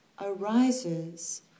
arises